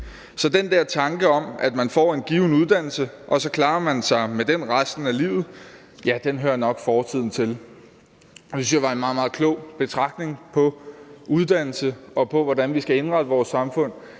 Så den der tanke om, at man får en given uddannelse, og så klarer man sig med den resten af livet, hører nok fortiden til.« Det synes jeg var en meget, meget klog betragtning om uddannelse og om, hvordan vi skal indrette vores samfund.